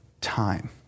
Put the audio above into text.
time